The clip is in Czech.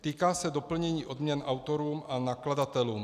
Týká se doplnění odměn autorům a nakladatelům.